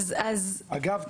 אגב,